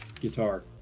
guitar